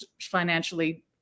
financially